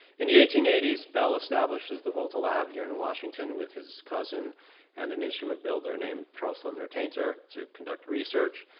in the eighteen eighty s, bell establishes the volta lab here in washington with his cousin and an instrument-builder named charles sumner tainter, to conduct research.